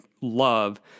love